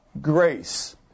grace